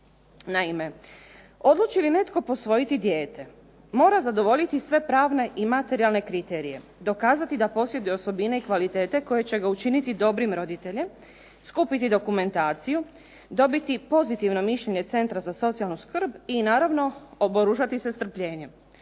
Naime, odlučili li netko posvojiti dijete, mora zadovoljiti sve pravne i materijalne kriterije, dokazati da posjeduje osobine i kvalitete koje će ga učiniti dobrim roditeljem, skupiti dokumentaciju, dobiti pozitivno mišljenje centra za socijalnu skrb i naravno oboružati se strpljenjem.